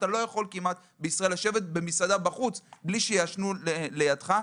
בישראל אתה לא יכול כמעט לשבת במסעדה בחוץ בלי שיעשנו לידך.